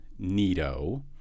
neato